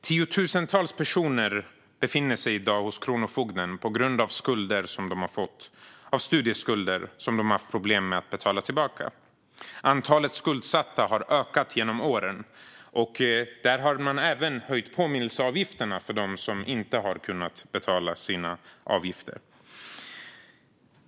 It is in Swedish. Tiotusentals personer befinner sig i dag hos Kronofogden på grund av skulder som beror på problem att betala tillbaka studieskulder. Antalet skuldsatta har ökat genom åren, och man har även höjt påminnelseavgifterna för dem som inte har kunnat betala sina avgifter.